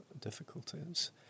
difficulties